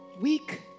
weak